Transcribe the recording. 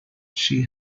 she